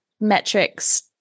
metrics